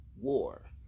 war